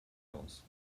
aus